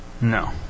No